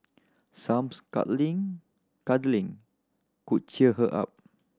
some cuddling could cheer her up